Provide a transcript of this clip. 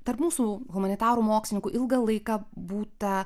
tarp mūsų humanitarų mokslininkų ilgą laiką būta